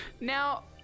Now